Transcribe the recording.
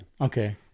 Okay